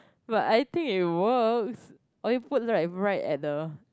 but I think it works or you put right right at the